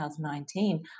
2019